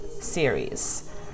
series